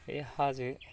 बे हाजो